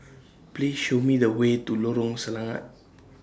Please Show Me The Way to Lorong Selangat